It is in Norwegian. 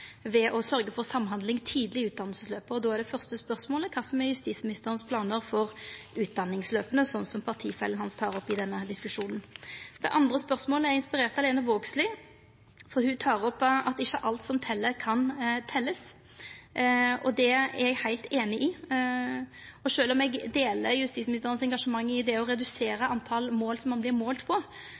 å sørgja for samhandling tidleg i utdanningsløpet. Det fyrste spørsmålet er då kva planar justisministeren har for utdanningsløpa, slik partifellen hans tek opp i denne diskusjonen. Det andre spørsmålet er inspirert av Lene Vågslid, for ho tek opp at ikkje alt som tel, kan teljast. Det er eg heilt einig i. For sjølv om eg deler justisministeren sitt engasjement for å redusera talet på mål som ein vert målt på,